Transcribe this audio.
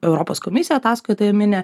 europos komisija ataskaitoje mini